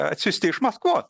atsiųsti iš maskvos